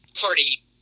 party